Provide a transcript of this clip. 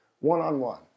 one-on-one